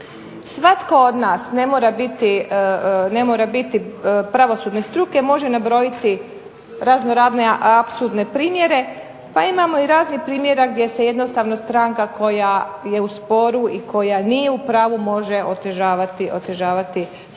Svatko od nas, ne mora biti pravosudne struke, može nabrojiti razno-razne apsurdne primjere pa imamo i raznih primjera gdje se jednostavno stranka koja je u sporu i koja nije u pravu može otežavati sporove